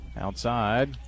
outside